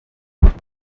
thirty